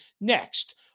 next